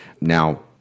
Now